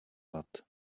hlad